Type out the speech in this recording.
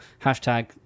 Hashtag